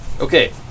Okay